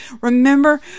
Remember